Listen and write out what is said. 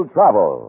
Travel